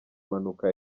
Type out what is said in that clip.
mpanuka